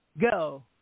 go